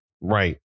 right